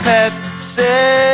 Pepsi